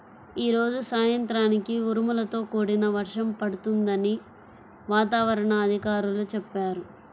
యీ రోజు సాయంత్రానికి ఉరుములతో కూడిన వర్షం పడుతుందని వాతావరణ అధికారులు చెప్పారు